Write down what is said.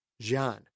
Jean